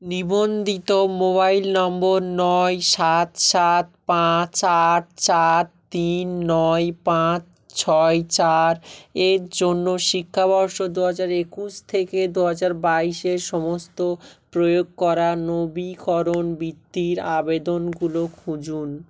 নিবন্দিত mobile number নয় সাত সাত পাঁচ আট চার তিন নয় পাঁচ ছয় চার এর জন্য শিক্ষাবর্ষ দু হাজার একুশ থেকে দু হাজার বাইশের সমস্ত প্রয়োগ করা নবীকরণ বৃত্তির আবেদনগুলো খুঁজুন